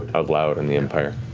allowed in the empire.